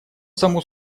само